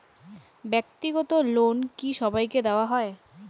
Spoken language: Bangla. ব্যাক্তিগত লোন কি সবাইকে দেওয়া হয়?